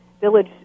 village